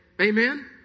Amen